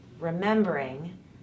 remembering